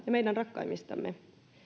ja meidän rakkaimmistamme huolta jonakin päivänä